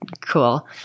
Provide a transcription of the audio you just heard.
cool